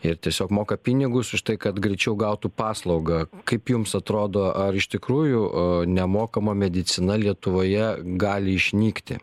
ir tiesiog moka pinigus už tai kad greičiau gautų paslaugą kaip jums atrodo ar iš tikrųjų o nemokama medicina lietuvoje gali išnykti